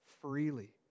freely